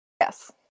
Yes